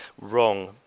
wrong